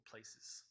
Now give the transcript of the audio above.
places